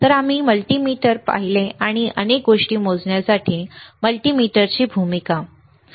तर आम्ही मल्टीमीटर पाहिले आणि अनेक गोष्टी मोजण्यासाठी मल्टीमीटरची भूमिका बरोबर